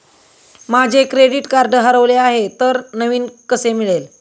माझे credit card हरवले आहे तर नवीन कसे मिळेल?